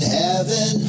heaven